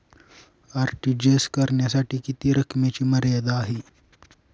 RTGS करण्यासाठी किती रकमेची मर्यादा आहे?